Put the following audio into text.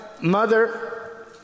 mother